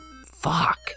Fuck